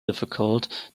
difficult